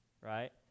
right